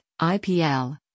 IPL